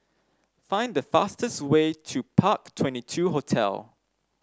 find the fastest way to Park Twenty two Hotel